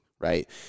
right